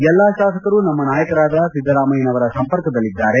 ಎಲ್ಲಾ ಶಾಸಕರು ನಮ್ಮ ನಾಯಕರಾದ ಸಿದ್ದರಾಮಯ್ಥನವರ ಸಂಪರ್ಕದಲ್ಲಿದ್ದಾರೆ